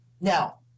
now